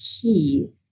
key